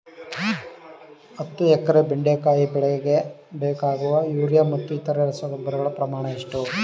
ಹತ್ತು ಎಕರೆ ಬೆಂಡೆಕಾಯಿ ಬೆಳೆಗೆ ಬೇಕಾಗುವ ಯೂರಿಯಾ ಮತ್ತು ಇತರೆ ರಸಗೊಬ್ಬರಗಳ ಪ್ರಮಾಣ ಎಷ್ಟು?